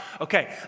Okay